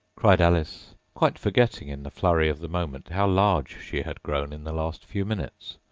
cried alice, quite forgetting in the flurry of the moment how large she had grown in the last few minutes,